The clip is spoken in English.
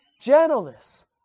gentleness